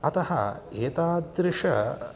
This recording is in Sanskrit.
अतः एतादृशाः